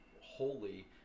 holy